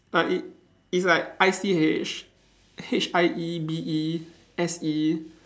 like it it's like I C H H I E B E S E